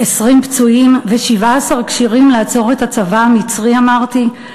20 פצועים ו-17 כשירים לעצור את הצבא המצרי?' אמרתי,